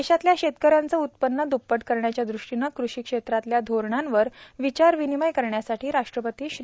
देशातल्या शेतक यांचं उत्पन्न द्प्पट करण्याच्या द्रष्टीनं कृषी क्षेत्रातल्या धोरणांवर विचार विनिमय करण्यासाठी राष्ट्रपती श्री